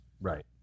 Right